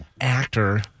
Actor